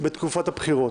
בתקופת הבחירות.